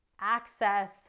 access